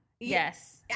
Yes